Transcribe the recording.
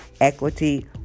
equity